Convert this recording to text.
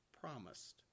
promised